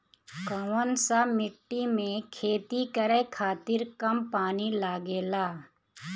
कौन सा मिट्टी में खेती करे खातिर कम पानी लागेला?